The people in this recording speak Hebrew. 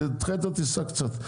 שתדחה קצת את הטיסה.